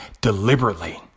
deliberately